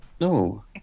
No